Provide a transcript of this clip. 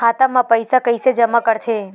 खाता म पईसा कइसे जमा करथे?